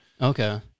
Okay